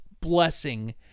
blessing